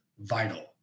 vital